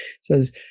says